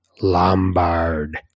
Lombard